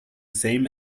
same